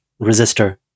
resistor